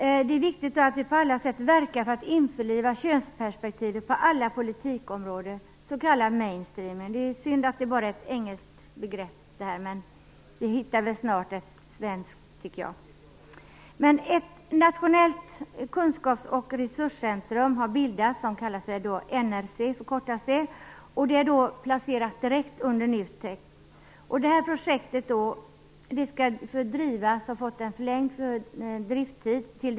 Det är viktigt att vi på alla sätt verkar för att införliva könsperspektivet på alla politikområden, s.k. main streaming. Det är synd att det bara finns ett engelskt begrepp, men vi skall väl snart hitta ett svenskt begrepp. Ett nationellt kunskaps och resurscentrum har bildats, NRC, direkt under NUTEK. Verksamheten bedrivs som ett projekt och driftstiden är förlängd till december 1996.